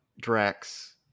Drax